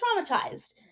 traumatized